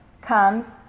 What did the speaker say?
comes